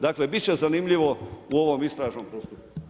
Dakle, bit će zanimljivo u ovom istražnom postupku.